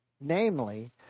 Namely